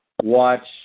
Watch